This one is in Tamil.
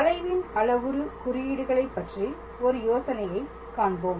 வளைவின் அளவுரு குறியீடுகளை பற்றி ஒரு யோசனையை காண்போம்